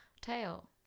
tail